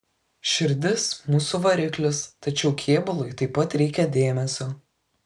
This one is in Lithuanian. širdis mūsų variklis tačiau kėbului taip pat reikia dėmesio